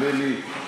נדמה לי,